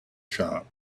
shop